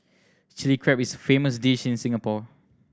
Chilli Crab is a famous dish in Singapore